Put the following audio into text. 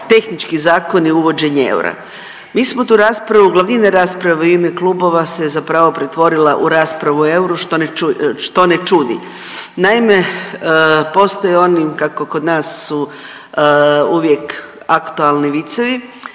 tehnički zakoni uvođenje eura. Mi smo tu raspravu, glavninu rasprave u ime klubova se zapravo pretvorila u raspravu o euru što ne čudi. Naime, postoje oni kako kod nas su uvijek aktualni vicevi,